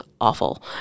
awful